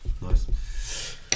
Nice